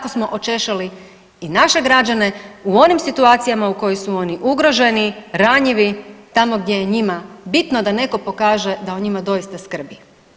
Tamo smo očešali i naše građane u onim situacijama u koji su oni ugroženi, ranjivi, tamo gdje je njima bitno da netko pokaže da o njima doista skrbi.